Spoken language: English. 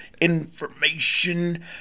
information